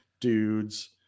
dudes